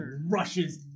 rushes